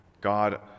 God